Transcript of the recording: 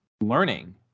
learning